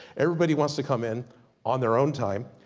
everybody wants to come in on their own time,